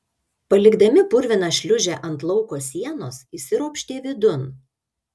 palikdami purviną šliūžę ant lauko sienos įsiropštė vidun